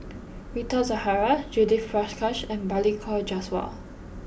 Rita Zahara Judith Prakash and Balli Kaur Jaswal